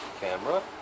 camera